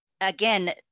again